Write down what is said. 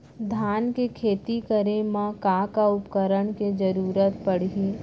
धान के खेती करे मा का का उपकरण के जरूरत पड़हि?